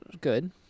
good